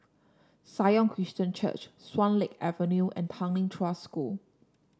Sion Christian Church Swan Lake Avenue and Tanglin Trust School